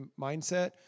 mindset